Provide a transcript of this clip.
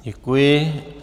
Děkuji.